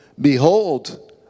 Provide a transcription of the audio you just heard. Behold